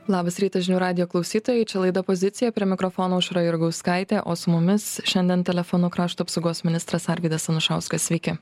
labas rytas žinių radijo klausytojai čia laida pozicija prie mikrofono aušra jurgauskaitė o su mumis šiandien telefonu krašto apsaugos ministras arvydas anušauskas sveiki